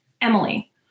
Emily